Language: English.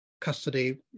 custody